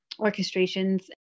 orchestrations